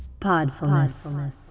Podfulness